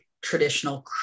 traditional